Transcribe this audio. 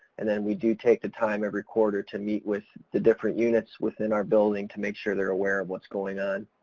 and then we do take the time every quarter to meet with the different units within our building to make sure they're aware of what's going on.